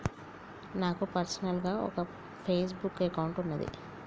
నాకు పర్సనల్ గా ఒక ఫేస్ బుక్ అకౌంట్ వున్నాది